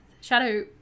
shadow